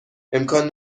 امکان